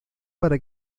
para